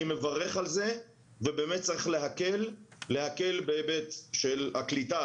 אני מברך על זה ובאמת צריך להקל בהיבט של הקליטה.